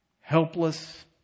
helpless